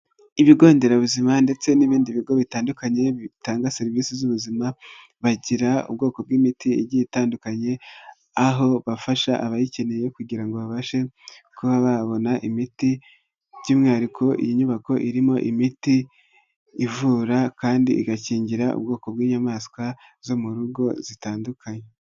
Ibigo nderabuzima ndetse n'ibindi bigo bitandukanye bitanga serivisi z'ubuzima, bagira ubwoko bw'imiti itandukanye aho bafasha abayikeneye kugira ngo babashe kuba babona imiti, by'umwihariko iyi nyubako irimo imiti ivura kandi igakingira ubwoko bw'inyamaswa zo mu rugo zitandukanye.